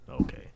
okay